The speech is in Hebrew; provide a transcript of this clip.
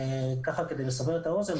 כדי לסבר את האוזן,